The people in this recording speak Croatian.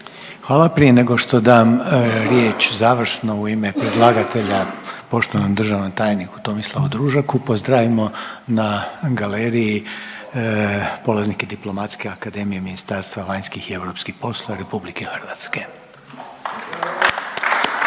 Hvala. Prije nego što dam riječ završno u ime predlagatelja poštovanom državnom tajniku Tomislavu Družaku pozdravimo na galeriji polaznike Diplomatske akademije Ministarstva vanjskih i europskih poslova Republike Hrvatske.